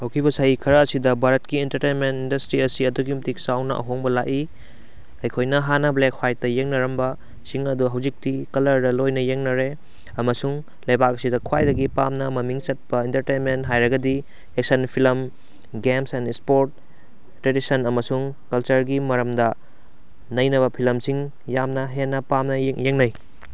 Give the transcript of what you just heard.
ꯍꯧꯈꯤꯕ ꯆꯍꯤ ꯈꯔ ꯑꯁꯤꯗ ꯚꯥꯔꯠꯀꯤ ꯑꯦꯟꯇꯔꯇꯦꯟꯃꯦꯟ ꯏꯟꯗꯁꯇ꯭ꯔꯤ ꯑꯁꯤ ꯑꯗꯨꯛꯀꯤ ꯃꯇꯤꯛ ꯆꯥꯎꯅ ꯑꯍꯣꯡꯕ ꯂꯥꯛꯏ ꯑꯩꯈꯣꯏꯅ ꯍꯥꯟꯅ ꯕ꯭ꯂꯦꯛ ꯍ꯭ꯋꯥꯏꯠꯇ ꯌꯦꯡꯅꯔꯝꯕ ꯁꯤꯡ ꯑꯗꯨ ꯍꯧꯖꯤꯛꯇꯤ ꯀꯂꯔꯗ ꯂꯣꯏꯅ ꯌꯦꯡꯅꯔꯦ ꯑꯃꯁꯨꯡ ꯂꯩꯕꯥꯛ ꯑꯁꯤꯗ ꯈ꯭ꯋꯥꯏꯗꯒꯤ ꯄꯥꯝꯅ ꯃꯃꯤꯡ ꯆꯠꯄ ꯑꯦꯟꯇꯔꯇꯦꯟꯃꯦꯟ ꯍꯥꯏꯔꯒꯗꯤ action film games and sport tradition ꯑꯃꯁꯨꯡ ꯀꯜꯆꯔꯒꯤ ꯃꯔꯝꯗ ꯅꯩꯅꯕ ꯐꯤꯂꯝꯁꯤꯡ ꯌꯥꯝꯅ ꯍꯦꯟꯅ ꯄꯥꯝꯅ ꯌꯦꯡꯅꯩ